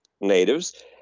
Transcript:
natives